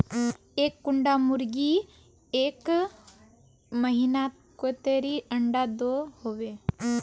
एक कुंडा मुर्गी एक महीनात कतेरी अंडा दो होबे?